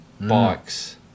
bikes